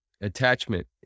attachment